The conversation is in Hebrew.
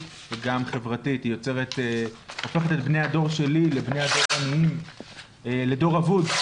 וחברתית שהופכת את הצעירים לדור אבוד.